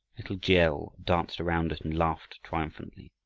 little g. l. danced around it, and laughed triumphantly.